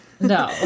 no